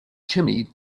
chimney